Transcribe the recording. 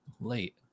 late